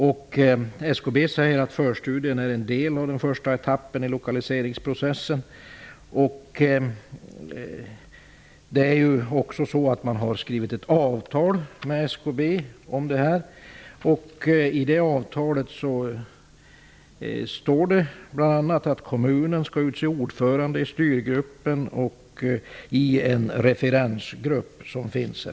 SKB säger att förstudierna är en del av den första etappen i lokaliseringsprocessen. Man har skrivit ett avtal med SKB. I avtalet står det bl.a. att kommunen skall utse ordförande i styrgruppen och i referensgruppen.